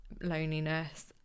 loneliness